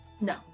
No